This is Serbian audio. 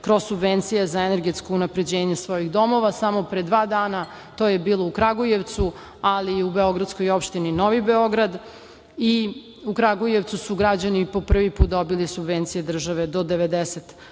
kroz subvencije za energetsko unapređenje svojih domova. Samo pre dva dana to je bilo u Kragujevcu, ali i u Beogradskoj opštini Novi Beograd i u Kragujevcu su građani i po prvi put dobili subvencije države do 90%